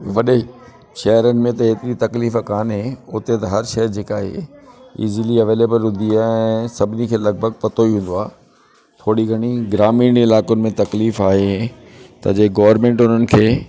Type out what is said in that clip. वॾे शहरनि में त एतिरी तकलीफ़ कोन्हे उते त हर शइ जेका आहे ईज़िली अवेलेबल हूंदी आहे ऐं सभिनी खे लॻभॻि पतो ई हूंदो आहे थोरी घणी ग्रामीण इलाइक़नि में तकलीफ़ आहे त जे गवर्नमेंट उन्हनि खे